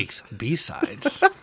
B-sides